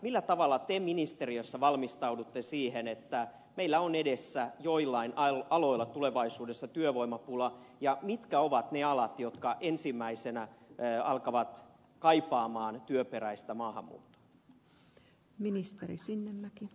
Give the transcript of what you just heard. millä tavalla te ministeriössä valmistaudutte siihen että meillä on edessä joillain aloilla tulevaisuudessa työvoimapula ja mitkä ovat ne alat jotka ensimmäisinä alkavat kaivata työperäistä maahanmuuttoa